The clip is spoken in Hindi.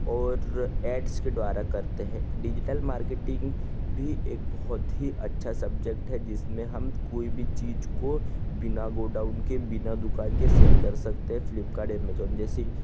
और एड्स के द्वारा करते हैं डिजिटल मार्केटिंग भी एक बहुत ही अच्छा सब्जेक्ट है जिसमें हम कोई भी चीज को बिना गो डाउन के बिना दुकान के सेल कर सकते हैं फ्लिपकार्ट अमेज़ोन जैसी